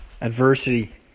adversity